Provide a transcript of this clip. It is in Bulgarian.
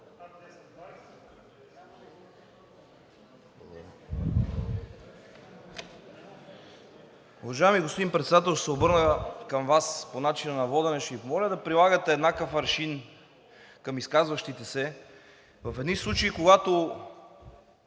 Уважаеми господин Председател, ще се обърна към Вас по начина на водене. Ще Ви помоля да прилагате еднакъв аршин към изказващите се. В едни случаи, когато